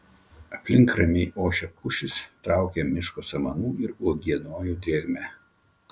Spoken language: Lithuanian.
aplink ramiai ošia pušys traukia miško samanų ir uogienojų drėgme